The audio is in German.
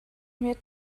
mir